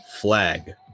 flag